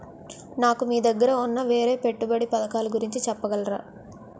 నాకు మీ దగ్గర ఉన్న వేరే పెట్టుబడి పథకాలుగురించి చెప్పగలరా?